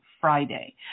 Friday